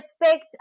respect